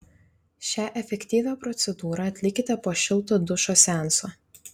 šią efektyvią procedūrą atlikite po šilto dušo seanso